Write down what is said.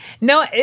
no